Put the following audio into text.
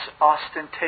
ostentatious